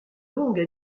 longue